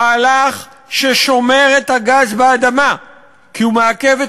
מהלך ששומר את הגז באדמה כי הוא מעכב את